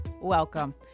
welcome